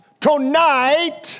tonight